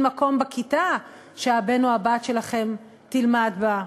אין מקום בכיתה שהבן או הבת שלכם תלמד בה,